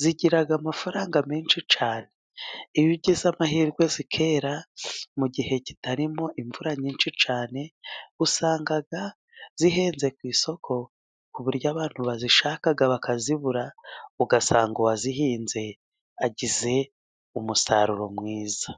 zigira amafaranga menshi cyane. Iyo ugize amahirwe zikera mu gihe kitarimo imvura nyinshi cyane, usanga zihenze ku isoko, ku buryo abantu bazishaka bakazibura, ugasanga uwazihinze agize umusaruro mwiza.